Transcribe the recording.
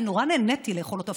אני נורא נהניתי לאכול אותו,